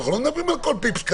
אנחנו לא מדברים על כל פיפס קטן.